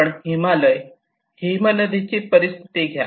आपण हिमालय हिमनदीची परिस्थिती घ्या